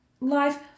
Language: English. life